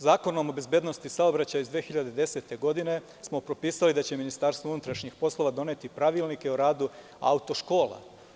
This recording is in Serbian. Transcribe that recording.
Zakonom o bezbednosti saobraćaja iz 2010. godine smo propisali da će Ministarstvo unutrašnjih poslova doneti pravilnike o radu auto škola.